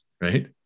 right